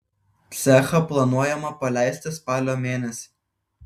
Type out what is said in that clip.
cechą planuojama paleisti spalio mėnesį